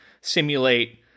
simulate